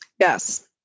Yes